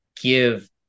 give